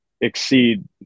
exceed